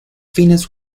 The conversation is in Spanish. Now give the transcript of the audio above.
fines